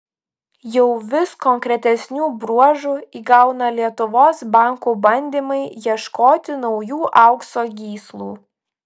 jau vis konkretesnių bruožų įgauna lietuvos bankų bandymai ieškoti naujų aukso gyslų